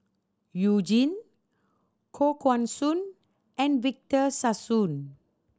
You Jin Koh Guan Song and Victor Sassoon